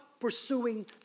pursuing